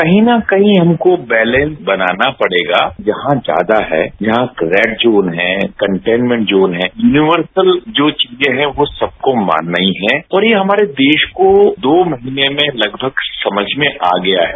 कहीं ने कहीं इनको बेलेंस बनाना पड़ेगा जहां ज्यादा है जहां रेड जोन है कंटेमेंट जोन है यूनिक्सत जो चीजे हैं उनको मानना ही है और यह हमारे देश को दो महीने में समझ में आ गया है